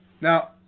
Now